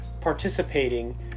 participating